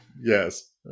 Yes